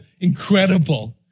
incredible